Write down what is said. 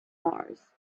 mars